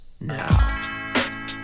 now